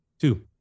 Two